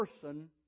person